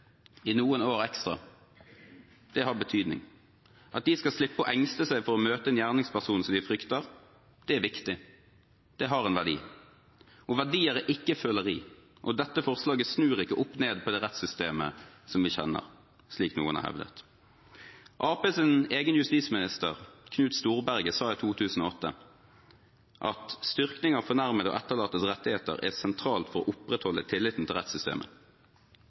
i noen år ekstra har betydning. At de skal slippe å engste seg for å møte en gjerningsperson som de frykter, er viktig – det har en verdi. Verdier er ikke føleri, og dette forslaget snur ikke opp ned på det rettssystemet som vi kjenner, slik noen har hevdet. Arbeiderpartiets egen justisminister Knut Storberget sa i 2008: «Styrking av fornærmedes og etterlattes rettigheter er sentralt for å opprettholde tilliten til rettssystemet.»